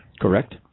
Correct